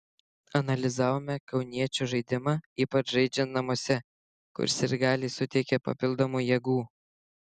analizavome kauniečių žaidimą ypač žaidžiant namuose kur sirgaliai suteikia papildomų jėgų